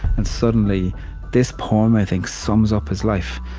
and suddenly this poem, i think, sums up his life,